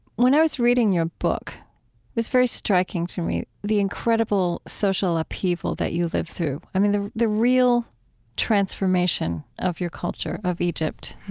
when i was reading your book, it was very striking to me, the incredible social upheaval that you lived through. i mean, the the real transformation of your culture, of egypt.